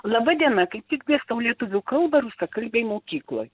laba diena kaip tik dėstau lietuvių kalbą rusakalbėj mokykloj